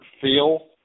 feel